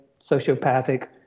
sociopathic